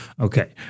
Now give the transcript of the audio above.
Okay